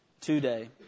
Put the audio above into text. Today